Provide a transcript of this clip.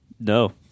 No